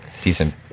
decent